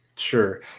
Sure